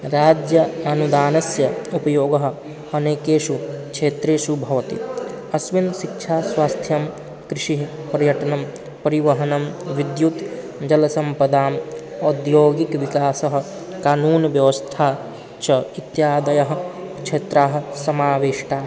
राज्य अनुदानस्य उपयोगः अनेकेषु क्षेत्रेषु भवति अस्मिन् शिक्षास्वास्थ्यं कृषिः पर्यटनं परिवहनं विद्युत् जलसम्पदाम् औद्योगिकविकासः कानून् व्यवस्था च इत्यादयः क्षेत्राणि समाविष्टानि